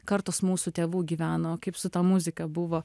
kartos mūsų tėvų gyveno kaip su ta muzika buvo